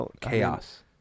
Chaos